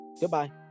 goodbye